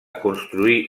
construí